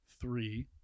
three